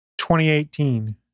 2018